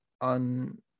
on